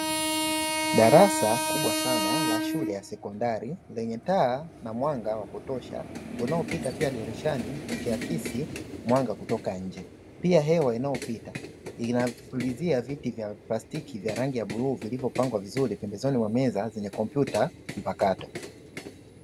Darasa kubwa sana la shule ya sekondari lenye taa na mwanga wa kutosha unaopita pia dirishani ukiakisi mwanga kutoka nje pia hewa inayopita inapulizia viti vya plastiki vya rangi ya bluu vilivyopangwa vizuri pembezoni mwa meza zenye kompyuta mpakato.